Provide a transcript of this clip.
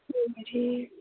अं